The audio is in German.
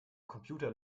computer